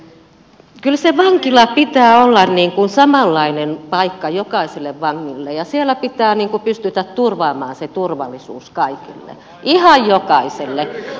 niin kyllä sen vankilan pitää olla samanlainen paikka jokaiselle vangille ja siellä pitää pystyä turvaamaan se turvallisuus kaikille ihan jokaiselle